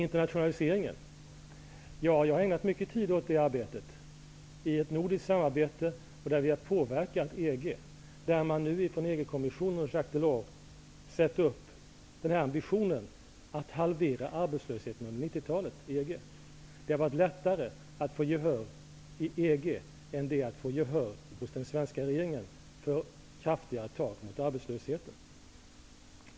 Jag har ägnat mycket tid åt arbetet med internationaliseringen i ett nordiskt samarbete där vi har påverkat EG. Ifrån EG-kommissionen, Jacques Delors, har satt upp ambitionen att halvera arbetslösheten i EG-länderna under 90-talet. Det är lättare att få gehör i EG än att få gehör hos den svenska regeringen för kraftiga tag mot arbetslösheten.